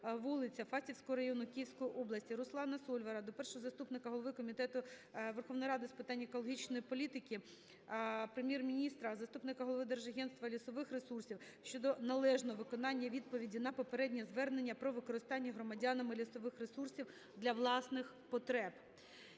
Волиця Фастівcького району Київської області. Руслана Сольвара до першого заступника голови Комітету Верховної Ради з питань екологічної політики, Прем'єр-міністра, заступника голови Держагентства лісових ресурсів щодо належного виконання відповіді на попереднє звернення про використання громадянами лісових ресурсів для власних потреб.